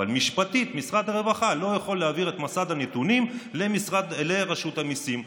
אבל משפטית משרד הרווחה לא יכול להעביר את מסד הנתונים לרשות המיסים,